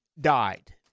died